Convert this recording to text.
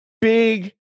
Big